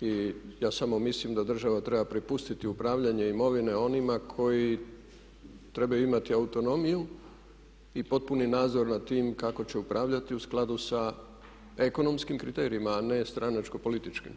i ja samo mislim da država treba prepustiti upravljanje imovine onima koji trebaju imati autonomiju i potpuni nadzor nad time kako će upravljati u skladu sa ekonomskim kriterijima a ne stranačko političkim.